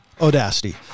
audacity